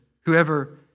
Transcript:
Whoever